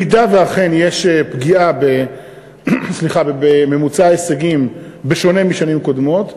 אם אכן יש פגיעה בממוצע ההישגים בשונה משנים קודמות,